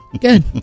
Good